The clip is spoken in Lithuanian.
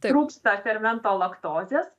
trūksta fermento laktozės